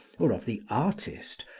or of the artist,